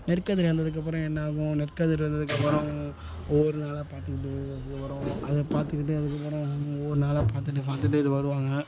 நெற்கதிர் வந்ததுக்கப்புறம் என்னாகும் நெற்கதிர் வந்ததுக்கப்புறம் ஒவ்வொரு நாளாக பார்த்துக்கிட்டு ஒரு வாரம் அதை பார்த்துக்கிட்டு அதுக்கப்புறம் ஒவ்வொரு நாளாக பார்த்துட்டு பார்த்துட்டு வருவாங்க